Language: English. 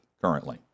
currently